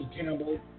Campbell